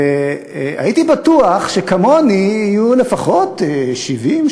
והייתי בטוח שכמוני יהיו לפחות 70,